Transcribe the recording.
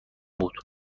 بود